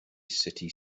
city